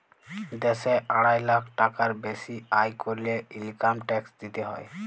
দ্যাশে আড়াই লাখ টাকার বেসি আয় ক্যরলে ইলকাম ট্যাক্স দিতে হ্যয়